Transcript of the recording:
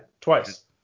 twice